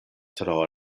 tro